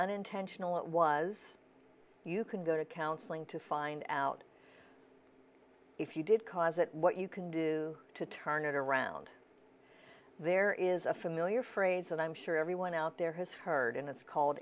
unintentional it was you can go to counseling to find out if you did cause it what you can do to turn it around there is a familiar phrase and i'm sure everyone out there has heard and it's called